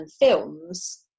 films